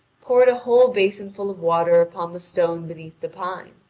poured a whole basin full of water upon the stone beneath the pine,